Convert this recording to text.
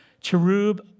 Cherub